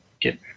get